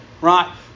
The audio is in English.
right